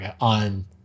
on